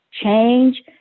change